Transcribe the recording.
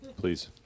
please